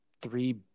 three